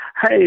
Hey